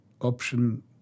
option